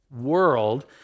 world